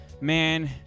Man